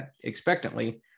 expectantly